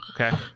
okay